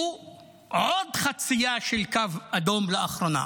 הם עוד חציה של קו אדום לאחרונה.